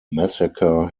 massacre